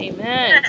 Amen